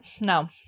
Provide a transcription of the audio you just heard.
no